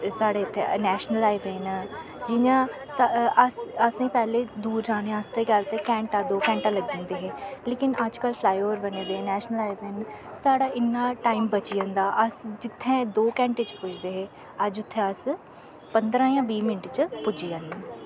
साढ़े इत्थे national highway न जियां अस असेंई पैह्ले दूर जाने आस्ते के गल्ल ते घैंटा दो घैंटा लग्गी जंदे हे लेकिन अजकल्ल फलाई ओवर बने दे नैशनल हाईवे न साढ़ा इन्ना टाईम बची जंदा अस जित्थैं दो घैंटे च पुजदे हे अज उत्थे अस पंदरां जां बीह् मैन्ट च पुज्जी जन्ने